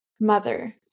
mother